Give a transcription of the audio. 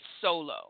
solo